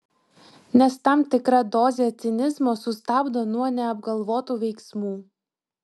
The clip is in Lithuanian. nes tam tikra dozė cinizmo sustabdo nuo neapgalvotų veiksmų